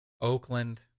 Oakland